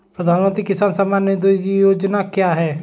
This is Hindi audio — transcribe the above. प्रधानमंत्री किसान सम्मान निधि योजना क्या है?